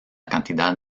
cantidad